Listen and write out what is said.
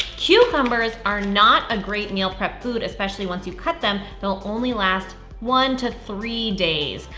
cucumbers are not a great meal prep food, especially once you cut them, they'll only last one to three days.